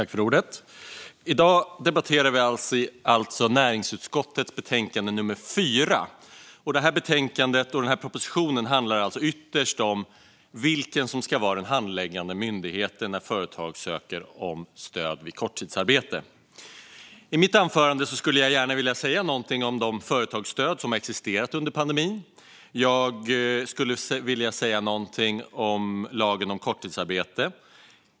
Herr talman! I dag debatterar vi alltså näringsutskottets betänkande nummer 4. Betänkandet - och propositionen - handlar ytterst om vilken som ska vara den handläggande myndigheten när företag ansöker om stöd vid korttidsarbete. I mitt anförande skulle jag gärna vilja säga någonting om de företagsstöd som har existerat under pandemin. Jag skulle också vilja säga någonting om lagen om korttidsarbete.